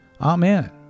Amen